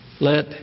Let